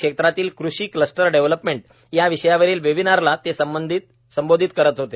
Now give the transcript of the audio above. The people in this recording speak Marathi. क्षेत्रातील कृषी क्लस्टर डेव्हलपर्मेंट या विषयावरील वेबीनारला ते संबोधित करत होते